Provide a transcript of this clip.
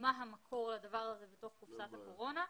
מה המקור לדבר הזה בתוך קופסת הקורונה.